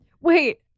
Wait